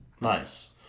Nice